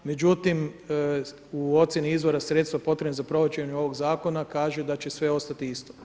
Međutim, u ocijeni izvora sredstva potrebnih za provođenje ovog zakona, kaže da će sve ostati isto.